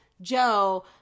Joe